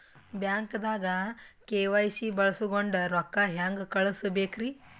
ಬ್ಯಾಂಕ್ದಾಗ ಕೆ.ವೈ.ಸಿ ಬಳಸ್ಕೊಂಡ್ ರೊಕ್ಕ ಹೆಂಗ್ ಕಳಸ್ ಬೇಕ್ರಿ?